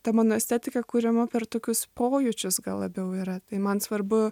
ta mano estetika kuriama per tokius pojūčius gal labiau yra tai man svarbu